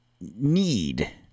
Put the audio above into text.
need